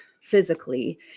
physically